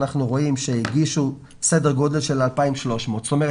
אנחנו רואים שהגישו סדר גודל של 2,300. זאת אומרת,